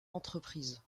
entreprise